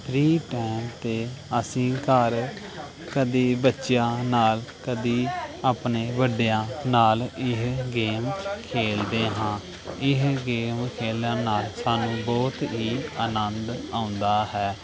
free time 'ਤੇ ਅਸੀਂ ਘਰ ਕਦੀ ਬੱਚਿਆਂ ਨਾਲ ਕਦੀ ਆਪਣੇ ਵੱਡਿਆਂ ਨਾਲ ਇਹ ਗੇਮ ਖੇਡਦੇ ਹਾਂ ਇਹ ਗੇਮ ਖੇਡਣ ਨਾਲ ਸਾਨੂੰ ਬਹੁਤ ਹੀ ਅਨੰਦ ਆਉਂਦਾ ਹੈ